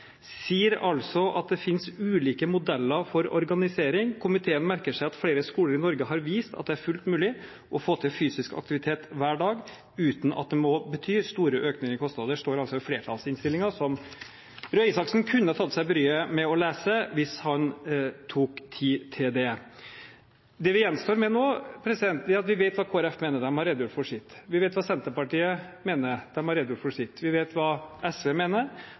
sier altså at «det finnes ulike modeller for organisering. Komiteen merker seg at flere skoler i Norge har vist at det er fullt mulig å få til fysisk aktivitet hver dag uten at det må bety store økninger i kostnader.» Det står altså i flertallsinnstillingen, som Røe Isaksen kunne ha tatt seg bryet med å lese, hvis han tok seg tid til det. Vi vet hva Kristelig Folkeparti mener, de har redegjort for sitt. Vi vet hva Senterpartiet mener, de har redegjort for sitt. Vi vet hva SV mener.